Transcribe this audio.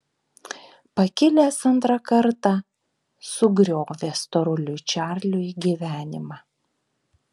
pakilęs antrą kartą sugriovė storuliui čarliui gyvenimą